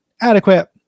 adequate